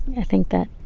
i think that.